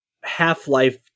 Half-Life